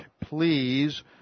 please